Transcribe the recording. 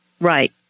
Right